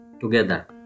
together